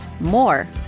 more